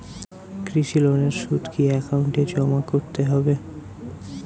কৃষি লোনের সুদ কি একাউন্টে জমা করতে হবে?